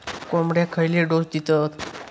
कोंबड्यांक खयले डोस दितत?